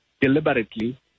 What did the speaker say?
deliberately